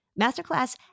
Masterclass